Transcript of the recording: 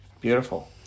Beautiful